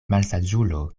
malsaĝulo